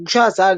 הוגשה הצעה,